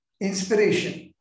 inspiration